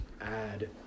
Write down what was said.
add